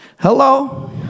Hello